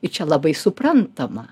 ir čia labai suprantama